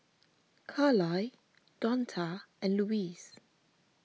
Carlyle Donta and Lois